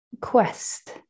quest